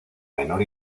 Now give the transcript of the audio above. menor